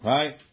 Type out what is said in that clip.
Right